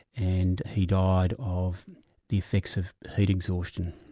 and he died of the effects of heat exhaustion.